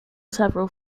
several